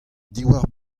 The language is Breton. diwar